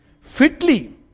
fitly